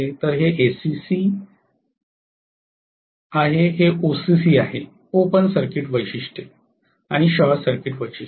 तर हे एससीसी आहे हे ओसीसी आहे ओपन सर्किट वैशिष्ट्ये आणि शॉर्ट सर्किट वैशिष्ट्ये